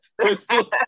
Crystal